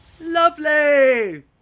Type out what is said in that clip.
Lovely